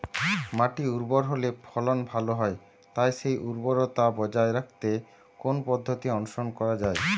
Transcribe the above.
মাটি উর্বর হলে ফলন ভালো হয় তাই সেই উর্বরতা বজায় রাখতে কোন পদ্ধতি অনুসরণ করা যায়?